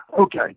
Okay